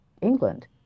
England